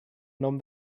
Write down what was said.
nom